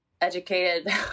educated